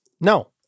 No